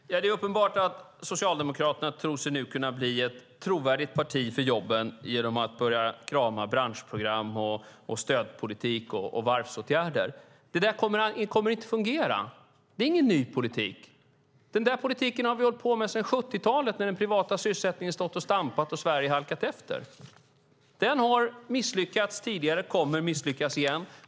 Fru talman! Det är uppenbart att Socialdemokraterna nu tror sig kunna bli ett trovärdigt parti för jobben genom att börja krama branschprogram, stödpolitik och varvsåtgärder. Det där kommer inte att fungera. Det är ingen ny politik. Den politiken har vi hållit på med sedan 70-talet när den privata sysselsättningen har stått och stampat och Sverige har halkat efter. Den har misslyckats tidigare och kommer att misslyckats igen.